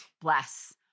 Bless